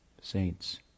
saints